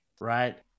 Right